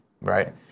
right